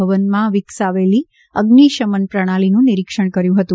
ભવનમાં વિકસાવેલી અઝિશમન પ્રણાલિનું નીરીક્ષણ કર્યું હતું